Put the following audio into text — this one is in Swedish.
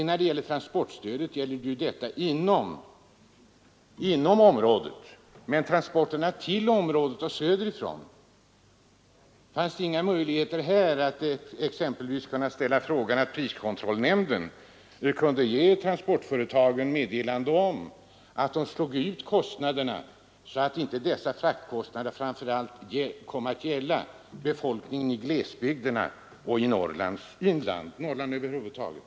När det gäller transportstödet så fungerar ju detta inom stödområdet, men beträffande transporterna till området söderifrån undrar jag om det inte finns några möjligheter att låta exempelvis priskontrollnämnden ge transportföretagen meddelande om att de får slå ut transportkostnaderna på ett sådant sätt att de ökade kostnaderna inte framför allt drabbar befolkningen i glesbygderna, Norrlands inland och Norrland över huvud taget.